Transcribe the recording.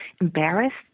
embarrassed